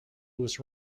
louis